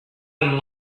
them